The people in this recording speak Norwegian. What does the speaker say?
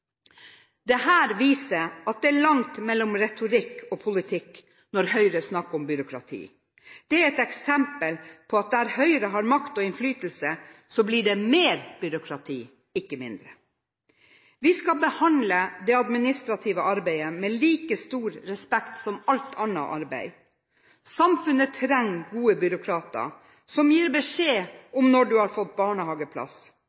viser at det er langt mellom retorikk og politikk når Høyre snakker om byråkrati. Det er et eksempel på at der Høyre har makt og innflytelse, blir det mer byråkrati, ikke mindre. Vi skal behandle det administrative arbeidet med like stor respekt som alt annet arbeid. Samfunnet trenger gode byråkrater som gir beskjed